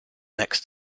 next